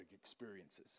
experiences